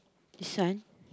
this one